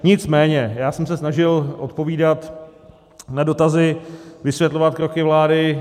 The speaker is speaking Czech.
Nicméně já jsem se snažil odpovídat na dotazy, vysvětlovat kroky vlády.